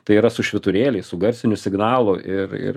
tai yra su švyturėliais su garsiniu signalu ir ir